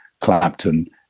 Clapton